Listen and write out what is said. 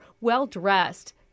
well-dressed